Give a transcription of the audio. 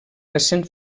recent